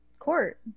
court